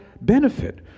benefit